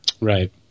Right